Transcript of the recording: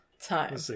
time